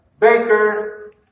baker